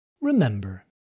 Remember